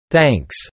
Thanks